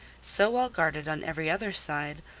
so well guarded on every other side,